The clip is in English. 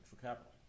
Capital